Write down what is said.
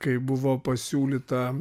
kai buvo pasiūlyta